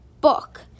book